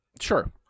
sure